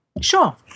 Sure